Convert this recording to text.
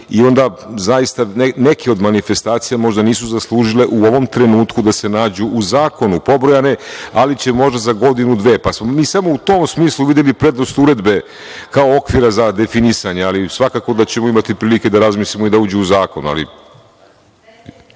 i onda zaista, neke od manifestacija možda nisu zaslužile u ovom trenutku da se nađu u zakonu pobrojane, ali će možda za godinu dve, pa smo mi samo u tom smislu videli prednost uredbe kao okvira za definisanje, ali svako da ćemo imati prilike da razmislimo i da uđe u zakon.